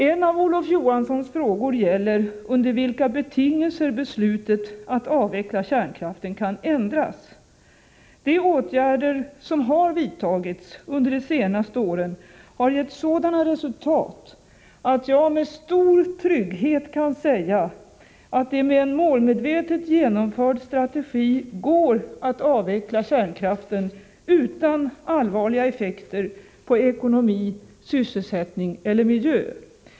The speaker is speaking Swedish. En av Olof Johanssons frågor gäller under vilka betingelser beslutet att avveckla kärnkraften kan ändras. De åtgärder som har vidtagits under de senaste åren har gett sådana resultat att jag med stor trygghet kan säga att det med en målmedvetet genomförd strategi går att avveckla kärnkraften utan allvarliga effekter på ekonomi, sysselsättning eller miljö.